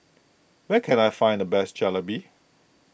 where can I find the best Jalebi